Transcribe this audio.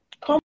come